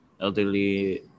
elderly